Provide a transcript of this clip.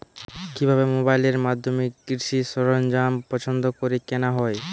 কিভাবে মোবাইলের মাধ্যমে কৃষি সরঞ্জাম পছন্দ করে কেনা হয়?